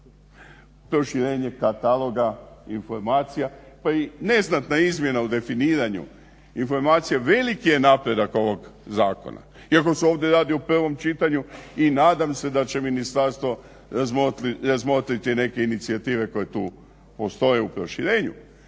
Proširenje kataloga informacija, pa i neznatna izmjena u definiranju informacija veliki je napredak ovog Zakona. Iako se ovdje radi o prvom čitanju i nadam se da će ministarstvo razmotriti neke inicijative koje tu postoje u proširenju.